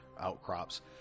outcrops